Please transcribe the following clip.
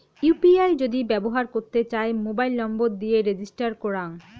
UPI যদি ব্যবহর করতে চাই, মোবাইল নম্বর দিয়ে রেজিস্টার করাং